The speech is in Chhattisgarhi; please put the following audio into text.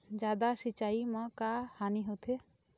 जादा सिचाई म का हानी होथे?